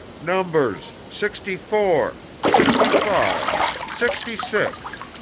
numbers sixty four, sixty five, sixty six,